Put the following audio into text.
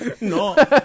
No